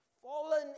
fallen